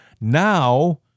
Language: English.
Now